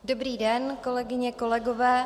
Dobrý den, kolegyně, kolegové.